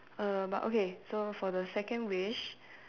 err but okay so for the second wish